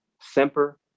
semper